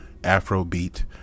Afrobeat